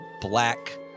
black